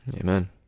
Amen